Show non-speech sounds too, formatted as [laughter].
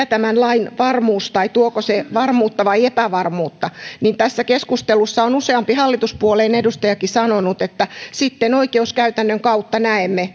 [unintelligible] tämän lain varmuus tai tuoko se varmuutta vai epävarmuutta niin tässä keskustelussa on useampi hallituspuolueen edustajakin sanonut että sitten oikeuskäytännön kautta näemme [unintelligible]